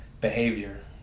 behavior